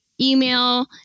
Email